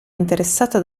interessata